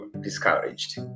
discouraged